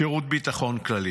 שירות ביטחון כללי.